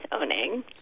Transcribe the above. owning